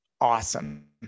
awesome